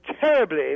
terribly